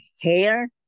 hair